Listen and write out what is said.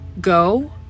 Go